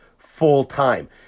full-time